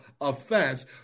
offense